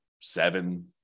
seven